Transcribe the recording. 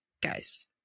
guys